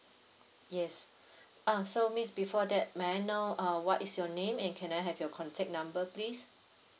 yes uh so miss before that may I know uh what is your name and can I have your contact number please